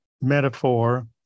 metaphor